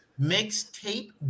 Mixtape